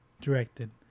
Directed